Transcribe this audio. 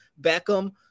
Beckham